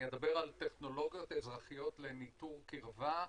אני אדבר על טכנולוגיות אזרחיות לניטור קירבה.